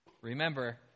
Remember